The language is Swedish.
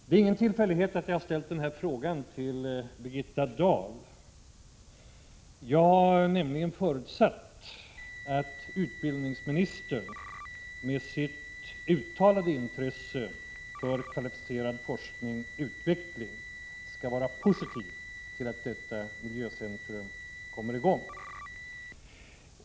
Det är ingen tillfällighet att jag har ställt den här frågan till Birgitta Dahl. Jag har nämligen förutsatt att utbildningsministern med sitt uttalade intresse för kvalificerad forskning och utveckling skall vara positiv till att detta miljöcentrum kommer i gång.